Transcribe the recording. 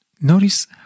notice